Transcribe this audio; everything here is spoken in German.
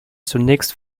zunächst